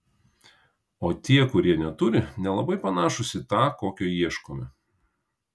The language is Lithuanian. o tie kurie neturi nelabai panašūs į tą kokio ieškome